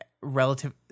relative